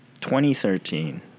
2013